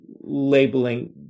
labeling